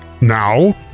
Now